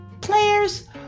Players